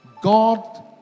God